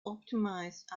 optimised